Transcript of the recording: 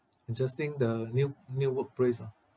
adjusting the new new workplace ah